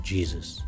Jesus